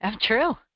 true